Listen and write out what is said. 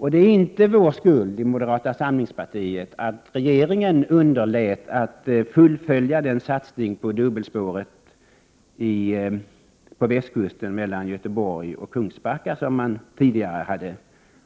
Vi i moderata samlingspartiet bär inte skulden för att regeringen underlät att fullfölja den satsning på dubbelspåret på västkusten mellan Göteborg och Kungsbacka som tidigare fanns med